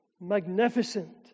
magnificent